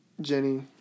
Jenny